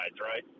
right